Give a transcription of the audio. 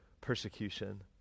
persecution